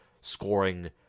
scoring